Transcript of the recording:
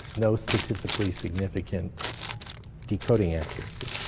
no statistically significant decoding accuracy.